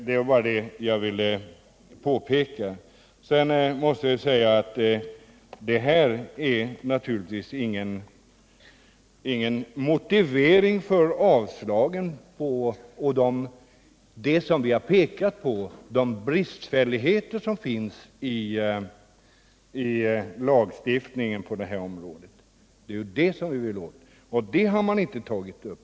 Det var bara det jag ville påpeka. Det här är naturligtvis ingen motivering för att avstyrka våra förslag. De bristfälligheter som vi har visat på i lagstiftningen på detta område, alltså själva sakfrågorna, har man inte tagit upp.